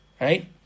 Right